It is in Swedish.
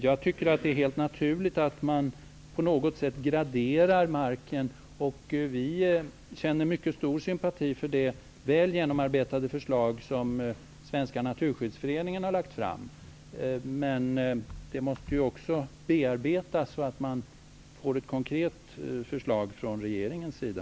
Jag tycker att det är helt naturligt att man på något sätt graderar marken. Vi känner mycket stor sympati för det väl genomarbetade förslag som Svenska naturskyddsföreningen har lagt fram. Det måste dock bearbetas så att man får ett konkret förslag från regeringens sida.